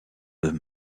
deux